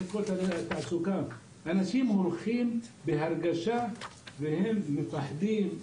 לשכות התעסוקה, אנשים הולכים והם מפחדים,